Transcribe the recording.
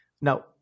Now